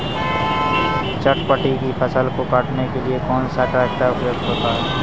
चटवटरी की फसल को काटने के लिए कौन सा ट्रैक्टर उपयुक्त होता है?